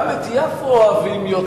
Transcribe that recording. גם את יפו אוהבים יותר,